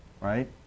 right